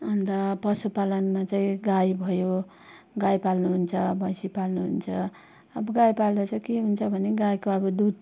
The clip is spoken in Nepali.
अन्त पशुपालनमा चाहिँ गाई भयो गाई पाल्नु हुन्छ भैँसी पाल्नु हुन्छ अब गाई पाल्दा चाहिँ के हुन्छ भने गाईको अब दुध